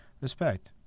Respect